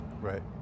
right